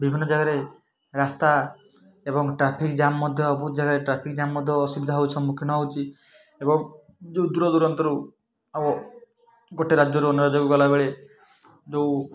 ବିଭନ୍ନ ଜାଗାରେ ରାସ୍ତା ଏବଂ ଟ୍ରାଫିକ୍ ଜାମ୍ ମଧ୍ୟ ବହୁତ ଜାଗାରେ ଟ୍ରାଫିକ୍ ଜାମ୍ ମଧ୍ୟ ଅସୁବିଧା ହଉଛି ସମ୍ମୁଖୀନ ହଉଛି ଏବଂ ଯେଉଁ ଦୂର ଦୁରାନ୍ତରୁ ଆଉ ଗୋଟେ ରାଜ୍ୟରୁ ଅନ୍ୟ ରାଜ୍ୟକୁ ଗଲାବେଳେ ଯେଉଁ